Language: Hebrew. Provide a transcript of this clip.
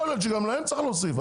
יכול להיות שגם להם צריך להוסיף,